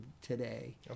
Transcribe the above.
today